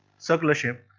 circular shape.